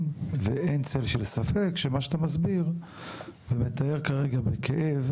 ואין צל של ספק שמה שאתה מסביר ומתאר כרגע בכאב,